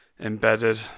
embedded